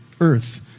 earth